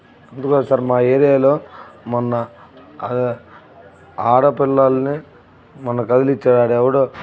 అందులో ఒకసారి మా ఏరియాలో మొన్న అదే ఆడపిల్లల్ని మొన్న కదిలించాడు వాడెవడో